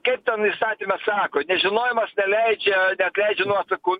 kaip ten įstatyme sako nežinojimas neleidžia neatleidžia nuo atsakomybės